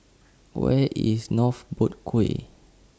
Where IS North Boat Quay